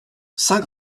saint